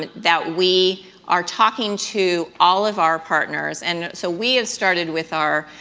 that we are talking to all of our partners. and so, we have started with our